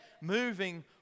moving